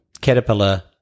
caterpillar